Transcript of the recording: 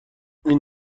این